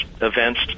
events